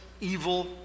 evil